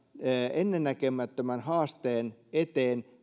ennennäkemättömän haasteen eteen